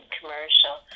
Commercial